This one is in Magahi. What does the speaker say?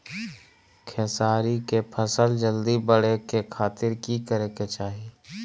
खेसारी के फसल जल्दी बड़े के खातिर की करे के चाही?